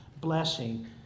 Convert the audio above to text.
blessing